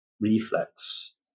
reflex